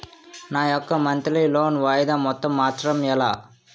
నా యెక్క monthly loan వాయిదా మొత్తం మార్చడం ఎలా?